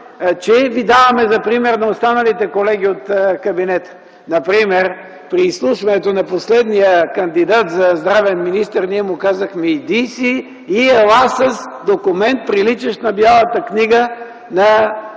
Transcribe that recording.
че Ви даваме за пример на останалите колеги от кабинета. Например, при изслушването на последния кандидат за здравен министър, ние му казахме: „Иди си и ела с документ, приличащ на Бялата книга на